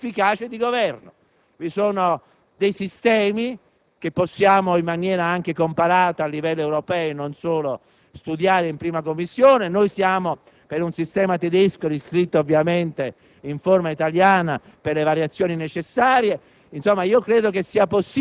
con un'azione efficace di Governo. Vi sono dei sistemi che, in maniera anche comparata a livello europeo e non solo, potremmo studiare in 1a Commissione. Noi siamo per un sistema tedesco, riscritto ovviamente in forma italiana per le necessarie